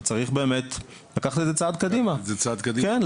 וצריך באמת לקחת את זה צעד קדימה וגם